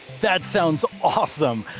that sounds awesome.